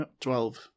Twelve